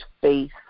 faith